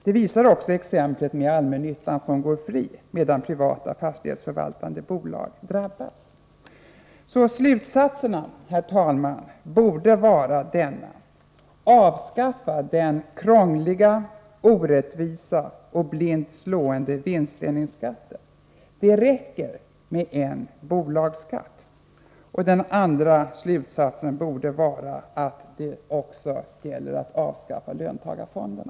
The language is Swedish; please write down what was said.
Det visar också exemplet med allmännyttan som går fri, medan privata fastighetsförvaltande bolag drabbas. Slutsatserna, herr talman, borde vara: Avskaffa den krångliga, orättvisa och blint slående vinstdelningsskatten, det räcker med en bolagsskatt! Den andra slutsatsen borde vara att det också gäller att avskaffa löntagarfonderna.